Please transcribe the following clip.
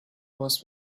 باس